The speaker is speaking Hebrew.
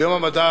ביום המדע